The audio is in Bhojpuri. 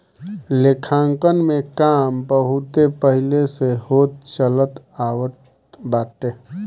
लेखांकन के काम बहुते पहिले से होत चलत आवत बाटे